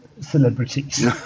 celebrities